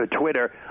Twitter